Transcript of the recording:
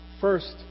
First